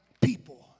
people